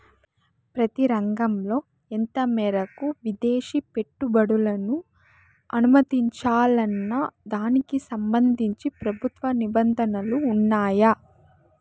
ప్రతి రంగంలో ఎంత మేరకు విదేశీ పెట్టుబడులను అనుమతించాలన్న దానికి సంబంధించి ప్రభుత్వ నిబంధనలు ఉన్నాయా?